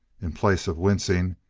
in place of wincing,